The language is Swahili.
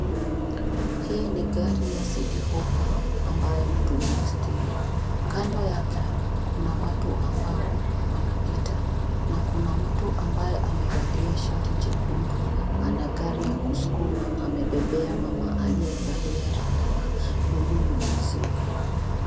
Hii ni gari ya Citi Hoppa ambayo inatumia stima. Kando yake kuna watu ambao wanapita na kuna mtu ambaye amevalia shati jekundu ana gari ya kusukuma amebebea mama aliyevalia rinda la buluu mizigo.